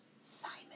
Simon